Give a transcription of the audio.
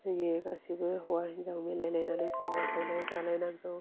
जोंनि गासिबो हौवा हिन्जाव मिलायनायलायनानै संनाय खावनाय जालायनांगौ